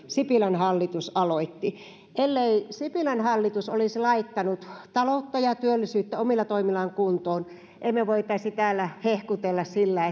sipilän hallitus aloitti ellei sipilän hallitus olisi laittanut taloutta ja työllisyyttä omilla toimillaan kuntoon emme voisi täällä hehkutella sillä